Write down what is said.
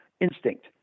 instinct